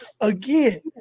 again